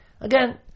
Again